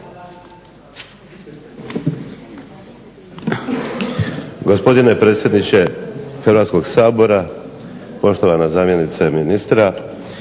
Gospodine predsjedniče Hrvatskog sabora, poštovana zamjenice ministra.